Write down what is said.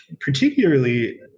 particularly